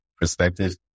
perspective